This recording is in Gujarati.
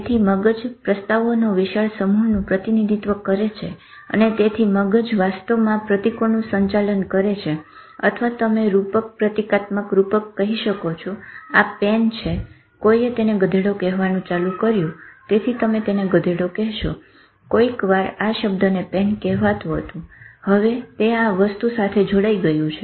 તેથી મગજ પ્રસ્તાવોનો વિશાળ સમૂહનું પ્રતિનિધિત્વ કરે છે અને તેથી મગજ વાસ્તવમાં પ્રતિકોનું સંચાલન કરે છે અથવા તમે રૂપક પ્રતીકાત્મકને રૂપક કહી શકો છો આ પેન છે કોઈએ તેને ગધેડો કહેવાનું ચાલુ કર્યું તેથી તમે તેને ગધેડો કહેશો કોઈકવાર આ શબ્દને પેન કહેવાતું હતું હવે તે આ વસ્તુ સાથે જોડાઈ ગયું છે